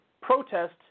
protest